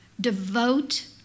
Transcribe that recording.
devote